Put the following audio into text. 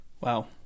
Wow